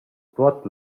tuot